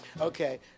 Okay